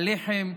על הלחם,